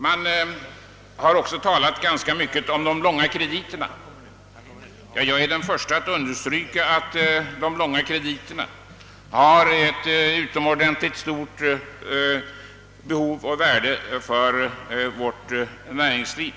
Man har också talat ganska mycket om de långa krediterna. Jag är den förste att understryka att dessa har ett utomordentligt stort värde för vårt näringsliv.